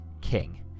king